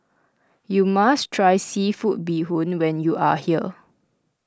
you must try Seafood Bee Hoon when you are here